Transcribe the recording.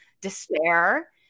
despair